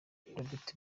robert